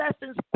lessons